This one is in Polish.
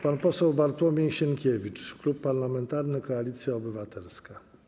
Pan poseł Bartłomiej Sienkiewicz, Klub Parlamentarny Koalicja Obywatelska.